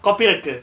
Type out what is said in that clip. copyrighted